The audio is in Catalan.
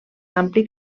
ampli